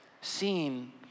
seen